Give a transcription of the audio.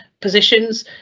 positions